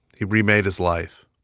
he remade his life.